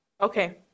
Okay